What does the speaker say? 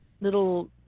little